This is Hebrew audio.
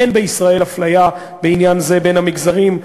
אין בישראל אפליה בעניין זה בין המגזרים.